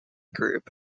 group